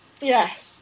Yes